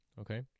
okay